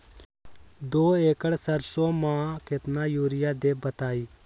दो एकड़ सरसो म केतना यूरिया देब बताई?